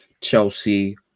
Chelsea